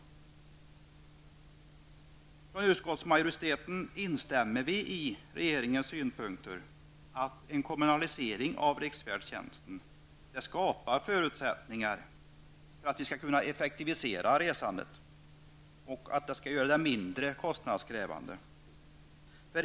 Utskottsmajoriteten instämmer i regeringens synpunkter på att en kommunalisering av riksfärdtjänsten skapar förutsättningar för att effektivisera resandet och göra det mindre kostnadskrävande.